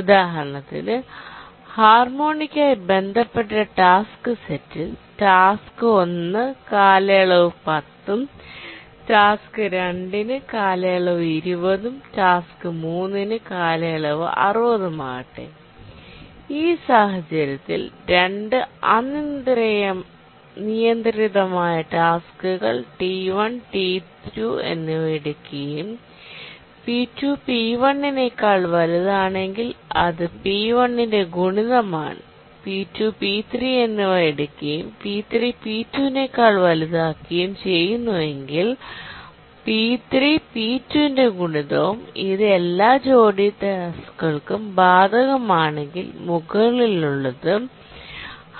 ഉദാഹരണത്തിന് ഹാർമോണിക് ആയി ബന്ധപ്പെട്ട ടാസ്ക് സെറ്റിൽ ടാസ്ക് 1 കാലയളവ് 10 ഉം ടാസ്ക് 2 ന് കാലയളവ് 20 ഉം ടാസ്ക് 3 ന് കാലയളവ് 60 ഉം ആകട്ടെ ഈ സാഹചര്യത്തിൽ 2 അനിയന്ത്രിതമായ ടാസ്ക്കുകൾ T1 T2 എന്നിവ എടുക്കുകയും p2 p1 നെക്കാൾ വലുതാണെങ്കിൽ അത് p1 ന്റെ ഗുണിതം ആണ് P2 p3 എന്നിവ എടുക്കുകയും p3 p2 നേക്കാൾ വലുതാക്കുകയും ചെയ്യുന്നുവെങ്കിൽ p3 p2 ന്റെ ഗുണിതവും ഇത് എല്ലാ ജോഡി ടാസ്ക്കുകൾക്കുംബാധകം ആണെങ്കിൽ മുകളിലുള്ളത്